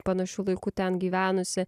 panašiu laiku ten gyvenusi